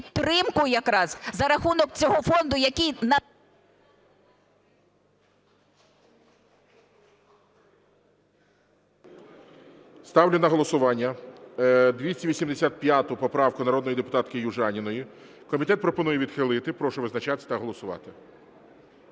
підтримку якраз за рахунок цього фонду, який... ГОЛОВУЮЧИЙ. Ставлю на голосування 285 поправку народної депутатки Южаніної. Комітет пропонує її відхилити. Прошу визначатися та голосувати.